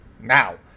now